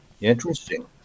Interesting